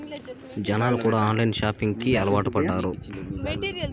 జనాలు కూడా online shopping కి అలవాటు పడ్డారు